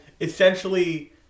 essentially